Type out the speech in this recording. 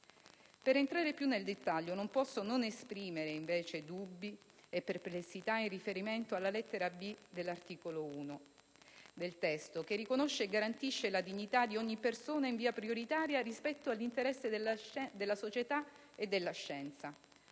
Per entrare più nel dettaglio, non posso non esprimere, invece, dubbi e perplessità in riferimento alla lettera *b)* dell'articolo 1 del testo che "riconosce e garantisce la dignità di ogni persona in via prioritaria rispetto all'interesse della società e della scienza".